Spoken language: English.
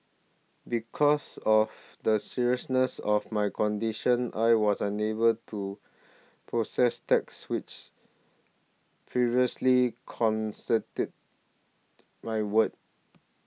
because of the seriousness of my condition I was unable to process text which previously concede my world